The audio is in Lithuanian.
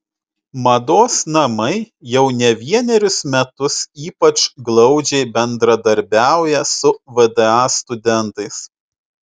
mados namai jau ne vienerius metus ypač glaudžiai bendradarbiauja su vda studentais